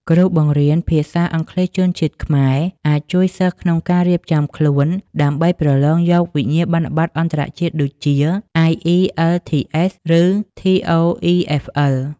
គ្រូបង្រៀនភាសាអង់គ្លេសជនជាតិខ្មែរអាចជួយសិស្សក្នុងការរៀបចំខ្លួនដើម្បីប្រឡងយកវិញ្ញាបនបត្រអន្តរជាតិដូចជា IELTS ឬ TOEFL។